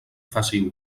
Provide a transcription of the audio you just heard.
faci